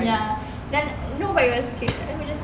ya then you know when